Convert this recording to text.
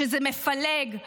שזה מפלג,